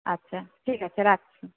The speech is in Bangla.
আচ্ছা ঠিক আছে রাখছি